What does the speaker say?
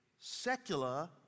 secular